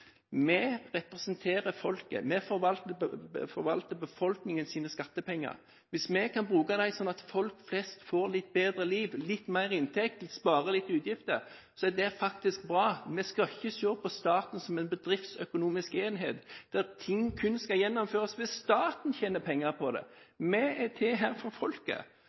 Vi representerer folket, vi forvalter befolkningens skattepenger. Hvis vi kan bruke dem slik at folk flest får litt bedre liv, litt mer inntekt, sparer litt utgifter, så er det faktisk bra. Vi skal ikke se på staten som en bedriftsøkonomisk enhet der ting kun skal gjennomføres hvis staten tjener penger på det. Vi er til for folket